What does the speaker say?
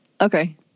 Okay